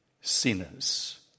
sinners